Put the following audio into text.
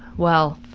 well,